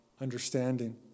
understanding